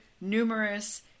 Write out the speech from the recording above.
numerous